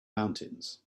mountains